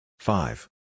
Five